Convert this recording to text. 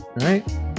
Right